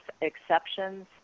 exceptions